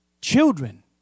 Children